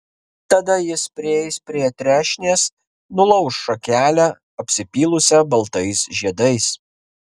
tada jis prieis prie trešnės nulauš šakelę apsipylusią baltais žiedais